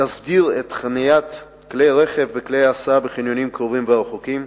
תסדיר חניית כלי רכב וכלי הסעה בחניונים קרובים ורחוקים,